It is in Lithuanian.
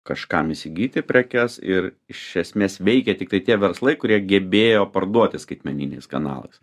kažkam įsigyti prekes ir iš esmės veikė tiktai tie verslai kurie gebėjo parduoti skaitmeniniais kanalais